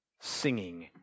singing